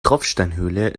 tropfsteinhöhle